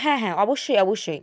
হ্যাঁ হ্যাঁ অবশ্যই অবশ্যই